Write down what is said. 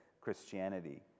Christianity